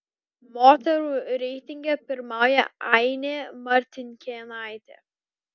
moterų reitinge pirmauja ainė martinkėnaitė